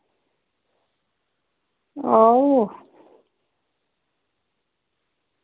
आओ